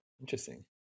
interesting